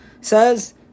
says